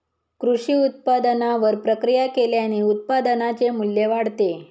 कृषी उत्पादनावर प्रक्रिया केल्याने उत्पादनाचे मू्ल्य वाढते